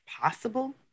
possible